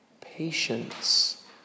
patience